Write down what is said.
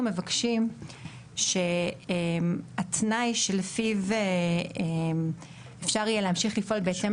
אנחנו מבקשים שהתנאי שלפיו אפשר יהיה להמשיך לפעול בהתאם